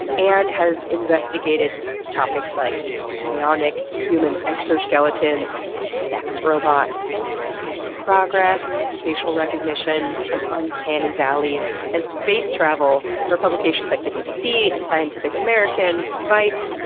and has investigated topics like bionic human exoskeletons, and sex robots, and tech progress, facial recognition, some uncanny valleys, and space travel for publications like the bbc, scientific american, vice,